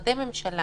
משרדי ממשלה